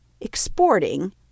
exporting